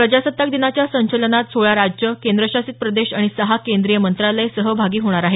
प्रजासत्ताक दिनाच्या संचलनात सोळा राज्यं केंद्रशासित प्रदेश आणि सहा केंद्रीय मंत्रालय सहभागी होणार आहेत